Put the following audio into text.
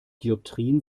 dioptrien